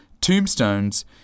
Tombstones